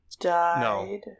Died